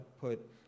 put